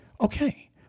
Okay